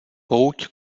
pouť